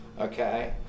Okay